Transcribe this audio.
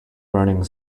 burning